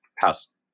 past